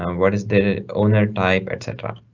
um what is the owner type, et cetera.